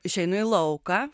išeinu į lauką